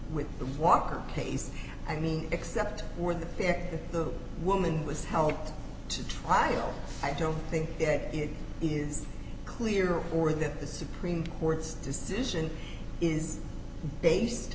with the walker case i mean except for the fact that the woman was helped to trial i don't think that it is clear or that the supreme court's decision is based